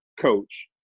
coach